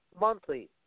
monthly